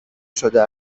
شده